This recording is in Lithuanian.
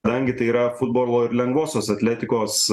kadangi tai yra futbolo ir lengvosios atletikos